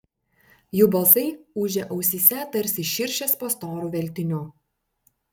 jų balsai ūžė ausyse tarsi širšės po storu veltiniu